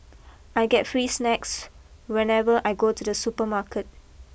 I get free snacks whenever I go to the supermarket